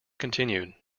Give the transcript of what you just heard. continued